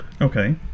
Okay